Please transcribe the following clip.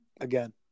Again